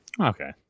Okay